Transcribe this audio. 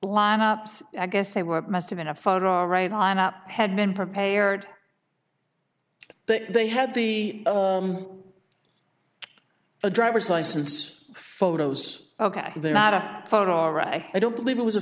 line ups i guess they were must have been a photo right on up had been prepared that they had the a driver's license photos ok they're not a photo right i don't believe it was a